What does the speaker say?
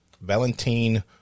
Valentine